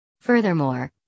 Furthermore